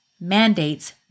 mandates